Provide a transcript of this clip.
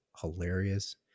hilarious